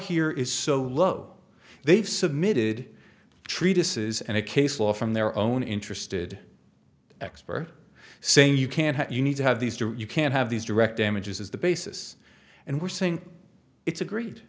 here is so low they've submitted treatises and a case law from their own interested expert saying you can't you need to have these two you can't have these direct damages as the basis and we're saying it's agre